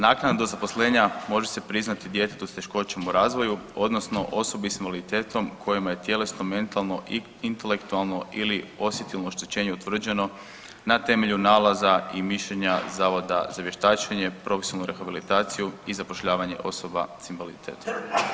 Naknada zaposlenja može se priznati djetetu s teškoćom u razvoju, odnosno osobi sa invaliditetom kojemu je tjelesno, mentalno i intelektualno ili osjetilno oštećenje utvrđeno na temelju nalaza i mišljenja Zavoda za vještačenje, profesionalnu rehabilitaciju i zapošljavanje osoba sa invaliditetom.